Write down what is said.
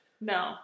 No